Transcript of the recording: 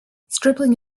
scribbling